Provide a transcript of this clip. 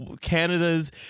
canada's